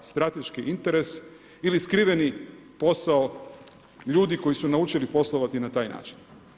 Strateški interes ili skriveni posao ljudi koji su naučili poslovati na taj način.